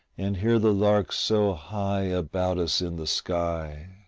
and hear the larks so high about us in the sky.